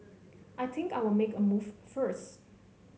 I think I'll make a move first